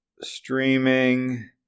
streaming